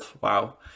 Wow